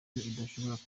idashobora